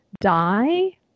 die